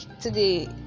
today